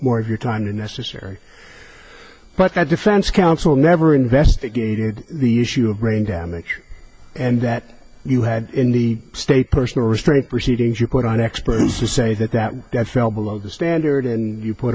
more of your time necessary but that defense counsel never investigated the issue of brain damage and that you had in the state personal restraint proceedings you put on experts to say that that that fell below the standard and you put